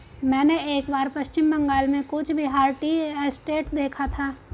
मैंने एक बार पश्चिम बंगाल में कूच बिहार टी एस्टेट देखा था